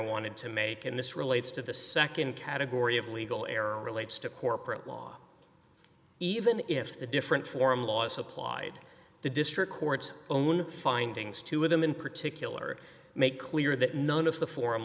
wanted to make and this relates to the nd category of legal error relates to corporate law even if the different foreign laws applied the district courts own findings two of them in particular make clear that none of the for